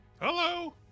Hello